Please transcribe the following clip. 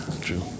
True